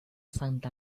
santa